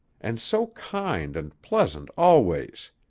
and so kind and pleasant always.